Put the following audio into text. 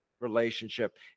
relationship